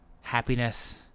Happiness